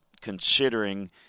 considering –